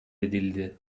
edildi